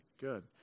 good